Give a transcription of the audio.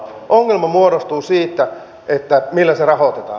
ongelma muodostuu siitä millä se rahoitetaan